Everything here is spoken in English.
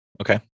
okay